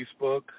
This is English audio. Facebook